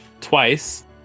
twice